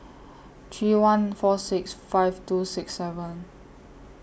three one four six five two six seven